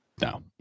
No